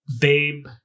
Babe